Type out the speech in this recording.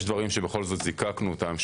יש דברים שזיקקנו אותם,